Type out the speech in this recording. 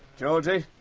georgie?